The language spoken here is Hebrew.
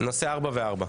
ארבע וארבע.